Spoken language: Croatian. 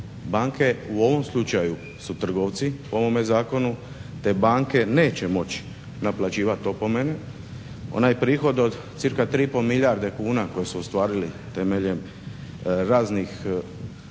Banke u ovom slučaju su trgovci u ovome zakonu te banke neće moći naplaćivat opomene. Onaj prihoda od cca 3,5 milijarde kuna koji su ostvarili temeljem raznih ili